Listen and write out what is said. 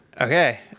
Okay